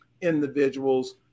individuals